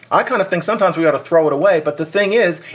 i kind of think sometimes we had to throw it away. but the thing is,